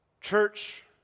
Church